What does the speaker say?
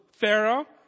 Pharaoh